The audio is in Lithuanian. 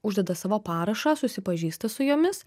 uždeda savo parašą susipažįsta su jomis